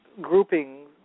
grouping